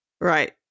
Right